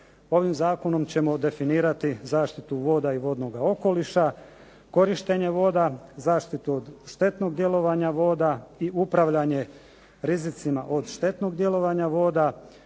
Ovim zakonom ćemo definirati zaštitu voda i vodnoga okoliša, korištenje voda, zaštitu od štetnog djelovanja voda i upravljanje rizicima od štetnog djelovanja voda.